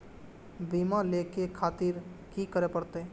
बीमा लेके खातिर की करें परतें?